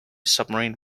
submarine